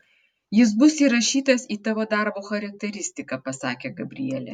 jis bus įrašytas į tavo darbo charakteristiką pasakė gabrielė